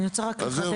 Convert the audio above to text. רק בהקשר למה